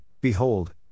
Behold